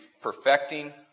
perfecting